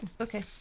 Okay